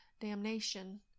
damnation